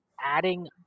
adding